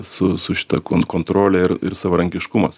su su šita kontrolė ir ir savarankiškumas